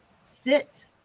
sit